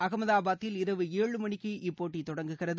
அகமதாபாத்தில் இரவு ஏழு மணிக்கு இப்போட்டி தொடங்குகிறது